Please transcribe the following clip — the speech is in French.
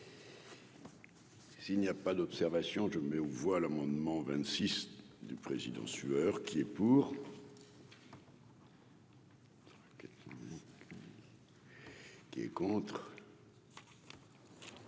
S'il n'y a pas d'observation, je mets aux voix l'amendement 26 du président sueur qui est pour. Qui est contre